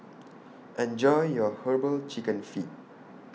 Enjoy your Herbal Chicken Feet